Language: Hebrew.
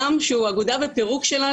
לכן אני לא צריך לתת